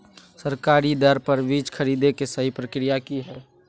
सरकारी दर पर बीज खरीदें के सही प्रक्रिया की हय?